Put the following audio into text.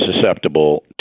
susceptible